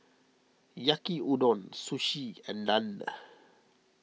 Yaki Udon Sushi and Naan